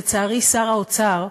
לצערי, שר האוצר,